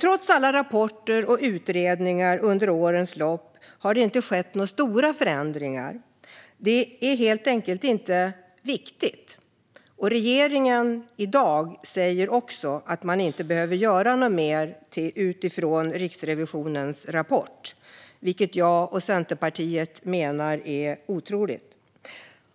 Trots alla rapporter och utredningar under årens lopp har det dock inte skett några stora förändringar. Det är helt enkelt inte viktigt. Regeringen säger också i dag att man inte behöver göra något mer utifrån Riksrevisionens rapport, vilket jag och Centerpartiet menar är otroligt.